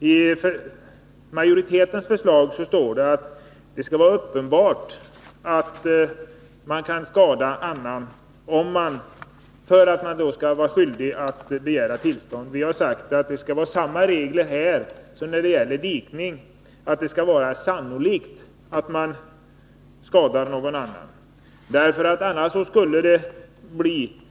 I majoritetens förslag heter det att det skall vara uppenbart att man kan skada annan för att man skall vara skyldig att begära tillstånd. Vi har sagt att samma regel skall gälla här som när det gäller dikning — det skall vara sannolikt att man skadar någon annan för att man skall vara skyldig att begära tillstånd.